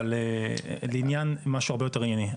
אבל לעניין משהו הרבה יותר ענייני,